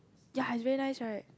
ya is very nice right